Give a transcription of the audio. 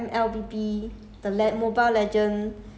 I eh now I recently like to watch the livestream